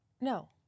No